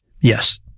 Yes